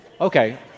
okay